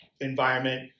environment